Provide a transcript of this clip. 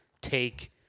take